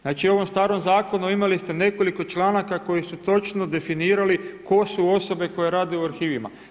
Znači u ovom starom zakonu imali ste nekoliko članaka koji su točno definirali tko su osobe koje rade u arhivima.